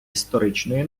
історичної